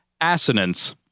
assonance